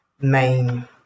main